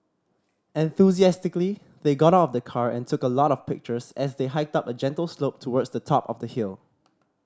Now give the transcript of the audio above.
enthusiastically they got out of the car and took a lot of pictures as they hiked up a gentle slope towards the top of the hill